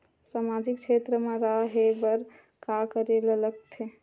सामाजिक क्षेत्र मा रा हे बार का करे ला लग थे